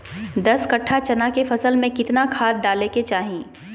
दस कट्ठा चना के फसल में कितना खाद डालें के चाहि?